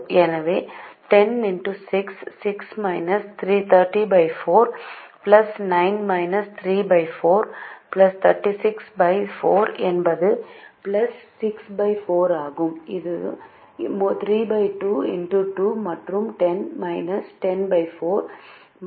எனவே 10 x 6 60 304 9 304 364 என்பது 64 ஆகும் இது 32 X2 மற்றும் 10 104 52 X 4